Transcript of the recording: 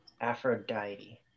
Aphrodite